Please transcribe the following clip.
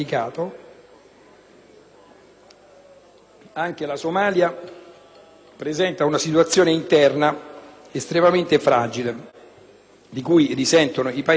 di cui risentono i Paesi confinanti. Di fatto, dal 1991, da quando il presidente Siad Barre è stato estromesso,